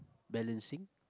balancing